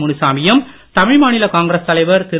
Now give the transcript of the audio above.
முனிசாமியும் தமிழ்மாநில காங்கிரஸ் தலைவர் திரு